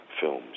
films